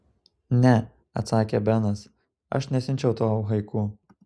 ne atsakė benas aš nesiunčiau tau haiku